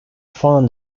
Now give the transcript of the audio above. found